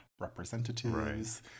representatives